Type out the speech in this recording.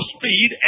speed